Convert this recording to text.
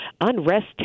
unrest